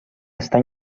està